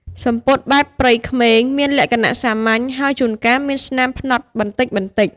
សំពត់បែបព្រៃក្មេង មានលក្ខណៈសាមញ្ញ ហើយជួនកាលមានស្នាមផ្នត់បន្តិចៗ។